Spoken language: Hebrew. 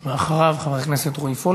היום אתם חושבים א', מחר תבוא השרה מירי רגב,